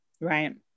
right